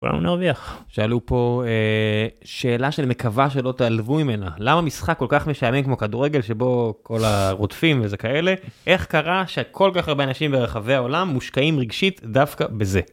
כולם נרוויח. שאלו פה שאלה שאני מקווה שלא תעלבו ממנה. למה המשחק כל כך משעמם כמו כדורגל שבו כל הרודפים וזה כאלה, איך קרה שכל כך הרבה אנשים ברחבי העולם מושקעים רגשית דווקא בזה?